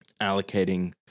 allocating